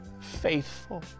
faithful